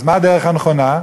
אז מה הדרך הנכונה?